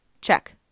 Check